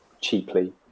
cheaply